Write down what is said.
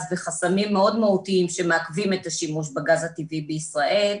וחסמים מאוד מהותיים שמעכבים את השימוש בגז הטבעי בישראל.